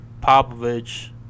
Popovich